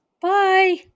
Bye